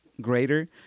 greater